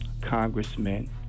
congressman